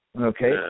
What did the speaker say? Okay